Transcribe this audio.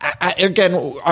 again